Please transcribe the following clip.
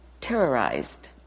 terrorized